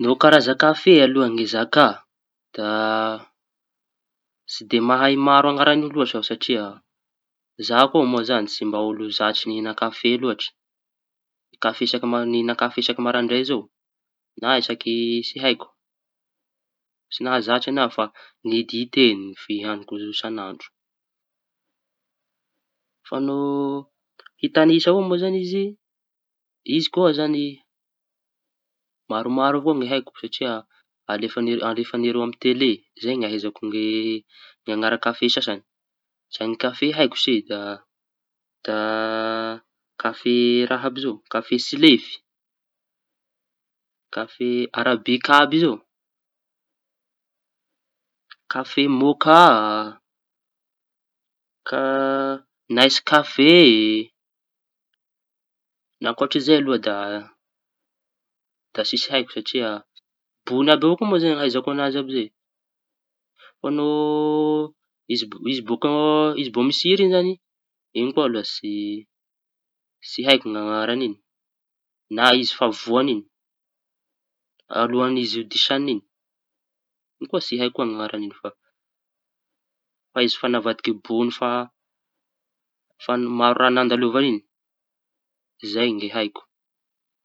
No karaza kafe aloha ny zaka da tsy de mahay maro ny añarany loatsy iaho zako moa zañy tsy mba olo zatsy nihiña kafe loatsy. Kafe isakinamin- kafe isaky maraindray zao na isaky tsy haiko tsy nahazatra aña. Fa ny dite ny fihañiko isan'andro fa no hitanisao avao moa zany izy i? Izy koa zañy maro maro avao ny haiko satria alefan- alefan'ireo amy tele izay ny ahaizako ny anara kafe sasañy. Ny kafe haiko zañy da da kafe tsy lefy, kafe arabika àby zao, kafe môka a, ka- neskafe e! Ny ankoatry zay aloha da tsisy haiko satria, bony avao koa no hahaizako añazy amizay. Fa no izy mbô misy hery iñy zañy tsy haiko ny añaran'iñy na izy fa voañy iñy alohany izy ho disaña iñy, iñy koa tsy haiko ny añarañy iñy. Fa izy efa navadiky bony efa ny maro raha nandalovaña iñy izay ny haiko.